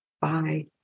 Bye